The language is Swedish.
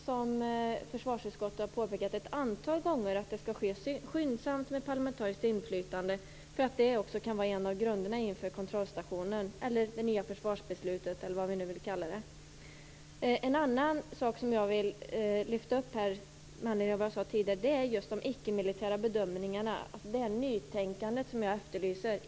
Här har försvarsutskottet ett antal gånger påpekat att det måste utredas skyndsamt och med ett parlamentariskt inflytande så att även det kan vara en av grunderna inför kontrollstationen - eller det nya försvarsbeslutet, eller vad vi nu vill kalla det. En annan sak jag vill lyfta upp, med anledning av vad jag sade tidigare, är de icke-militära bedömningarna, dvs. det nytänkande som jag efterlyser.